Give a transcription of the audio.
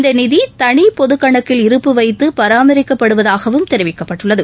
இந்தநிதிதனிபொதுக் கணக்கில் இருப்புவைத்துபராமரிக்கப்படுவதாகவும் தெரிவிக்கப்பட்டுள்ளது